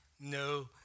no